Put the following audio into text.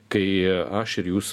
kai aš ir jūs